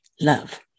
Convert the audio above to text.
love